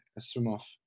swim-off